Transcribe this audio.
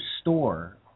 store